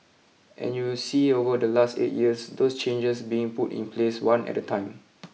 and you see over the last eight years those changes being put in place one at a time